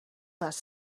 less